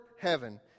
heaven